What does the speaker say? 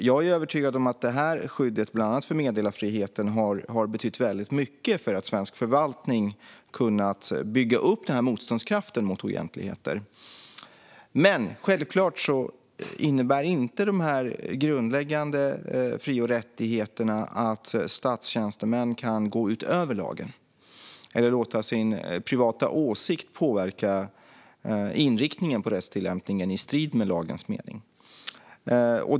Jag är övertygad om att skyddet för bland annat meddelarfriheten har betytt väldigt mycket för att svensk förvaltning kunnat bygga upp denna motståndskraft mot oegentligheter. Men självklart innebär inte dessa grundläggande fri och rättigheter att statstjänstemän kan gå utöver lagen eller låta sin privata åsikt påverka inriktningen på rättstillämpningen i strid med lagens mening.